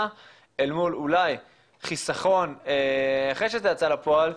אל מול אולי חיסכון אחרי שזה יצא לפועל,